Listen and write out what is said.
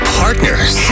partners